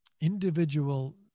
individual